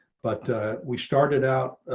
but we started out